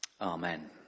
Amen